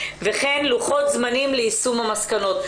וכן לוחות זמנים ליישום המסקנות.